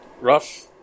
rough